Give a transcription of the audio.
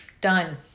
done